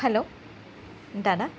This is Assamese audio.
হেল্ল' দাদা